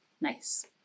nice